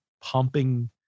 pumping